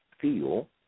feel